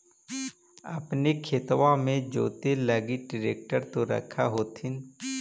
अपने खेतबा मे जोते लगी ट्रेक्टर तो रख होथिन?